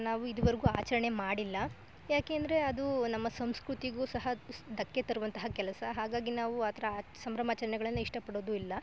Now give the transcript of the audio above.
ನಾವು ಇದ್ವರ್ಗೂ ಆಚರಣೆ ಮಾಡಿಲ್ಲ ಯಾಕೆಂದರೆ ಅದು ನಮ್ಮ ಸಂಸ್ಕೃತಿಗೂ ಸಹ ಧಕ್ಕೆ ತರುವಂತಹ ಕೆಲಸ ಹಾಗಾಗಿ ನಾವು ಆ ಥರ ಸಂಭ್ರಮಾಚರಣೆಗಳನ್ನು ಇಷ್ಟ ಪಡೋದೂ ಇಲ್ಲ